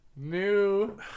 new